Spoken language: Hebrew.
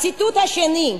הציטוט השני,